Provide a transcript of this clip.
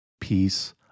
peace